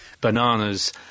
Bananas